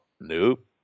Nope